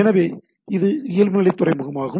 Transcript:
எனவே இது இயல்புநிலை துறைமுகமாகும்